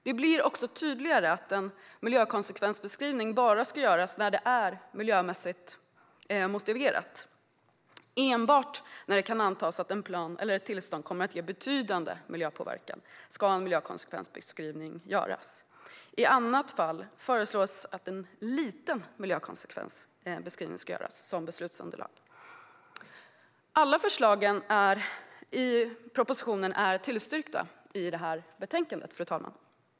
Det blir tydligare att en miljökonsekvensbeskrivning bara ska göras när det är miljömässigt motiverat. Enbart när det kan antas att en plan eller ett tillstånd kommer att ge betydande miljöpåverkan ska en miljökonsekvensbeskrivning göras. I annat fall föreslås att en liten miljökonsekvensbeskrivning ska göras som beslutsunderlag. Fru talman! Alla förslag i propositionen är tillstyrkta i betänkandet.